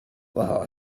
will